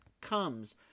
comes